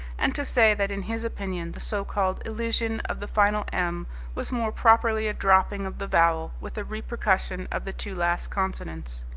and to say that in his opinion the so-called elision of the final m was more properly a dropping of the vowel with a repercussion of the two last consonants.